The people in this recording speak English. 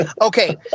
Okay